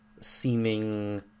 seeming